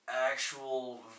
actual